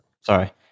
sorry